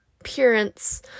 appearance